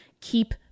keep